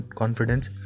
confidence